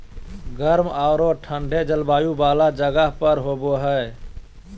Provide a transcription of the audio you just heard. गर्म औरो ठन्डे जलवायु वाला जगह पर हबैय हइ